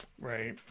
Right